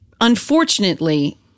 unfortunately